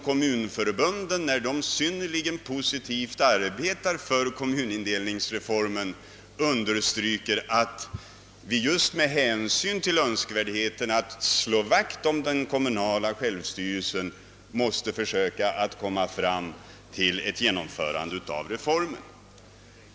Kommunförbunden, som synnerligen positivt arbetar för kommunindelningsreformen, understryker att vi med hänsyn till önskvärdheten att slå vakt om den kommunala självstyrelsen måste försöka komma fram till ett genomförande av reformen.